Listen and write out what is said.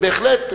בהחלט,